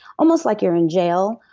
almost like you're in jail,